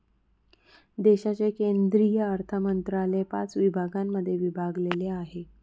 देशाचे केंद्रीय अर्थमंत्रालय पाच विभागांमध्ये विभागलेले आहे